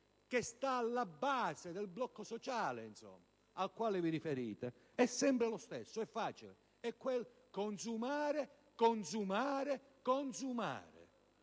che sta alla base del blocco sociale al quale vi riferite è sempre lo stesso, ed è facile: è quel consumare, consumare, consumare.